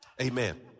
Amen